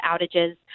outages